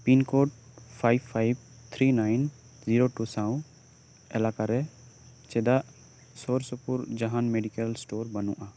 pincode five five three nine zero two ᱥᱟᱶ ᱮᱞᱟᱠᱟᱨᱮ ᱪᱮᱫᱟᱜ ᱥᱳᱨᱥᱩᱯᱩᱨ ᱡᱟᱦᱟᱱ ᱢᱮᱰᱤᱠᱮᱞ ᱥᱴᱳᱨ ᱵᱟᱹᱱᱩᱜᱼᱟ